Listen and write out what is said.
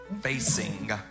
Facing